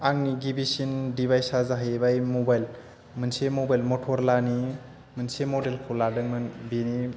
आंनि गिबिसिन दिभाइसआ जाहैबाय मबाइल मोनसे मबाइल मथरालानि मोनसे मदेलखौ लाधोंमोन बेनि